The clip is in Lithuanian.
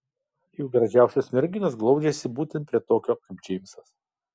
juk gražiausios merginos glaudžiasi būtent prie tokio kaip džeimsas